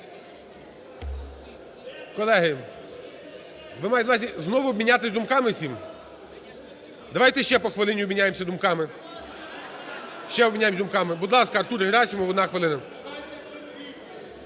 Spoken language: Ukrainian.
Колеги, ви маєте на увазі, знову обмінятись думками всім? Давайте ще по хвилині обміняємося думками, ще обміняємося думками. Будь ласка, Артур Герасимов, одна хвилина.